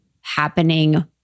happening